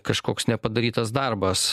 kažkoks nepadarytas darbas